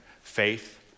faith